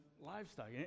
livestock